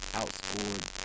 outscored